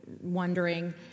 wondering